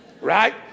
Right